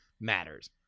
matters